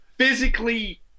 Physically